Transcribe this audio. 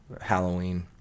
Halloween